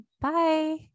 Bye